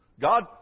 God